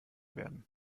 werden